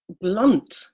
blunt